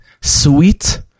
sweet